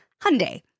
Hyundai